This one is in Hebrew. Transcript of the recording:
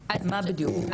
אז מה בדיוק?